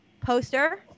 poster